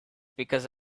because